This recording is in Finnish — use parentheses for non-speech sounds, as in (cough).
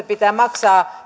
(unintelligible) pitää maksaa